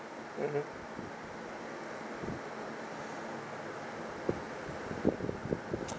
mmhmm